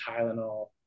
Tylenol